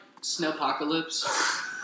snowpocalypse